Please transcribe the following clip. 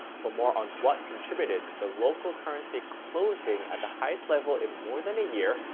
for more on what contributed to the local currency closing at the highest level in more than a year.